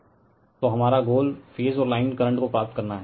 refer slide time 1901 तो हमारा goal phase और लाइन करंट को प्राप्त करना है